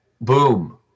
boom